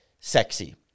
sexy